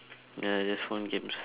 ya just phone games